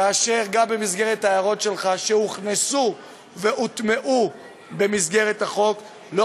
כאשר גם במסגרת ההערות שלך שהוכנסו והוטמעו בחוק לא